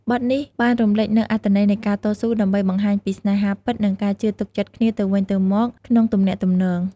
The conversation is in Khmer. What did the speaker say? បទនេះបានរំលេចនូវអត្ថន័យនៃការតស៊ូដើម្បីបង្ហាញពីស្នេហាពិត និងការជឿទុកចិត្តគ្នាទៅវិញទៅមកក្នុងទំនាក់ទំនង។